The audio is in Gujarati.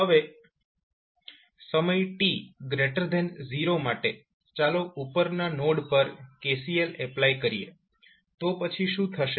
હવે સમય t0 માટે ચાલો ઉપરના નોડ પર KCL એપ્લાય કરીએ તો પછી શું થશે